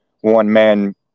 one-man